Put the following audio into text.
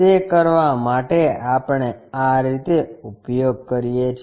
તે કરવા માટે આપણે આં રીતે ઉપયોગ કરીએ છીએ